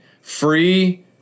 free